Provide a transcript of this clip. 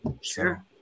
Sure